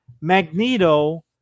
Magneto